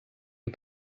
you